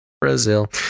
Brazil